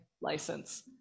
license